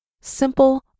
simple